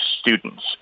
students